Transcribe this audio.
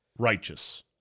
Righteous